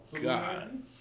God